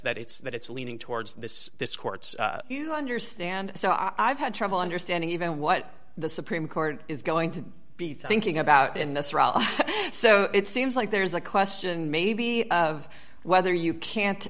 that it's that it's leaning towards this this court's you understand so i have had trouble understanding even what the supreme court is going to be thinking about and so it seems like there's a question maybe of whether you can't